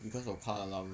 because of car alarm